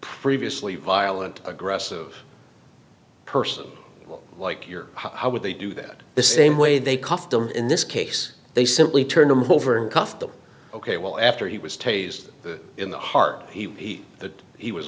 previously violent aggressive person like your how would they do that the same way they cost them in this case they simply turn them over and cuff them ok well after he was tasered in the heart he that he was